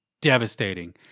devastating